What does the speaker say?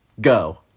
go